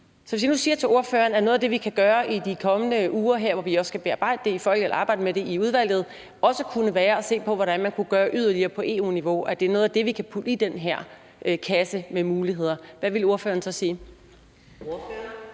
Så hvis nu jeg siger til ordføreren, at noget af det, vi kan gøre i de kommende uger, hvor vi også kan arbejde med det i udvalget, er at se på, hvordan man kunne gøre yderligere på EU-niveau – at det er noget af det, vi kan putte i den her kasse med muligheder – hvad ville ordføreren så sige?